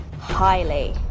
highly